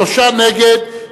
שלושה נגד,